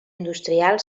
industrial